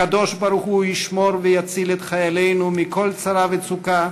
הקדוש-ברוך-הוא ישמור ויציל את חיילינו מכל צרה וצוקה,